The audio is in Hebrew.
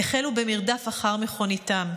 החלו במרדף אחר מכוניתם.